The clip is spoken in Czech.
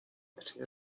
tři